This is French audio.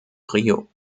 rio